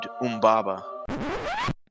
Umbaba